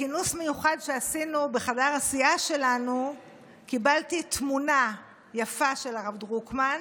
בכינוס מיוחד שעשינו בחדר הסיעה שלנו קיבלתי תמונה יפה של הרב דרוקמן,